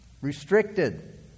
restricted